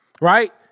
right